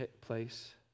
place